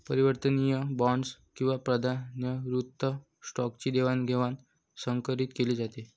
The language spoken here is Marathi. परिवर्तनीय बॉण्ड्स किंवा प्राधान्यकृत स्टॉकची देवाणघेवाण संकरीत केली जाते